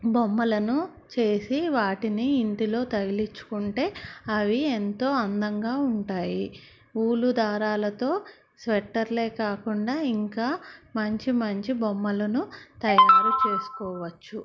బొమ్మలను చేసి వాటిని ఇంటిలో తగిలించుకుంటే అవి ఎంతో అందంగా ఉంటాయి ఊలు దారాలతో స్వెట్టర్లే కాకుండా ఇంకా మంచి మంచి బొమ్మలను తయారు చేసుకోవచ్చు